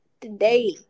Today